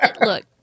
look